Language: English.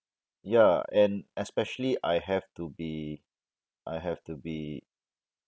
ya and especially I have to be I have to be